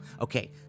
Okay